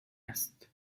است